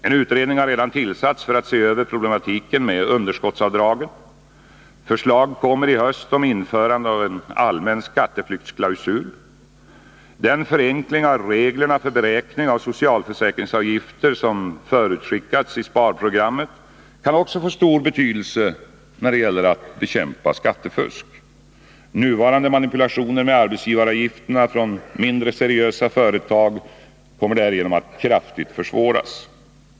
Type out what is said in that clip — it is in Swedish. En utredning har redan tillsatts för att se över problematiken med underskottsavdragen. Förslag kommer i höst om införande av en allmän skatteflyktsklausul. Den förenkling av reglerna för beräkning av socialförsäkringsavgifter som förutskickats i sparprogrammet kan också få stor betydelse när det gäller att bekämpa skattefusk. Nuvarande manipulationer med arbetsgivaravgifterna från mindre seriösa företag kommer därigenom att kraftigt försvåras.